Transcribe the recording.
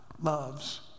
loves